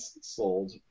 sold